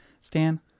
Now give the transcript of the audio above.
Stan